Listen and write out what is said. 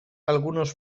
algunos